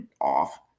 off